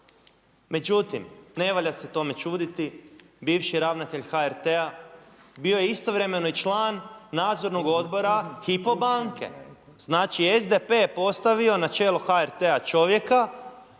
Međutim, ne valja se tome čuditi, bivši ravnatelj HRT-a bio je istovremeno i član Nadzornog odbora HYPO banke. znači SDP je postavio na čelo HRT-a čovjeka